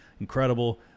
Incredible